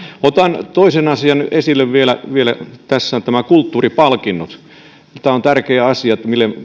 otan toisen asian esille vielä tässä on nämä kulttuuripalkinnot tämä on tärkeä asia